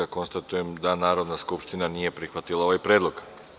Konstatujem da Narodna skupština nije prihvatila ovaj predlog.